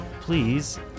please